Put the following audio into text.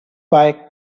back